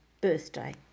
birthday